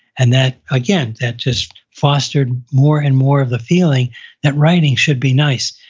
and that again, that just fostered more and more of the feeling that writing should be nice.